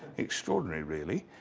extraordinary, really.